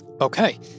Okay